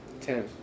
Ten